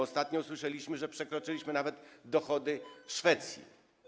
Ostatnio usłyszeliśmy, że przekroczyliśmy nawet dochody Szwecji.